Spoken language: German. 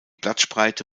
blattspreite